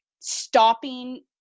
stopping